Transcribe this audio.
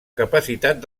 capacitat